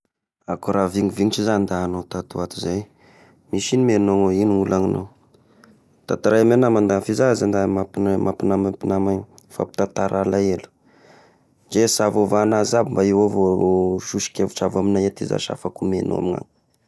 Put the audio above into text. Ako raha vignivinitry za nda agnao tato ato zay eh, nisy igno mo egnao ino ologna anao? Tataray amy nama fa zay aza nda ny maha mpa-mpinama ny mpinama io, mifampitantara alahelo, ndre sy avoavahy azy aby, mba io avao sosokevitry avy amignay aty za sy hafako megnao amignà.